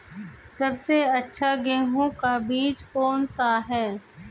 सबसे अच्छा गेहूँ का बीज कौन सा है?